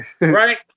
right